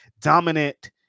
dominant